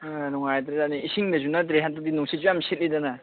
ꯍꯥ ꯅꯨꯡꯉꯥꯏꯇ꯭ꯔꯖꯥꯠꯅꯤ ꯏꯁꯤꯡꯗꯁꯨ ꯅꯠꯇ꯭ꯔꯦ ꯍꯟꯗꯛꯇꯤ ꯅꯨꯡꯁꯤꯠꯁꯨ ꯌꯥꯝ ꯁꯤꯠꯂꯤꯗꯅ